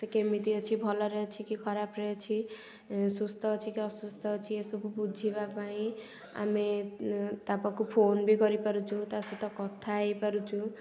ସେ କେମିତି ଅଛି ଭଲରେ ଅଛି କି ଖରାପରେ ଅଛି ସୁସ୍ଥ ଅଛି କି ଅସୁସ୍ଥ ଅଛି ଏ ସବୁ ବୁଝିବା ପାଇଁ ଆମେ ତା ପାଖକୁ ଫୋନ୍ ବି କରିପାରୁଛୁ ତା ସହିତ କଥା ହେଇପାରୁଛୁ